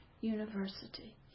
University